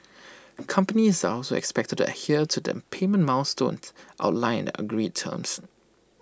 companies are also expected to adhere to the payment milestones outlined in the agreed terms